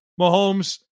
Mahomes